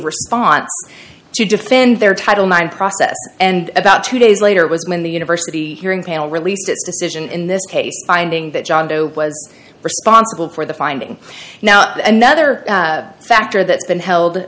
response to defend their title nine process and about two days later it was when the university hearing panel released its decision in this case finding that john doe was responsible for the finding now another factor that's been held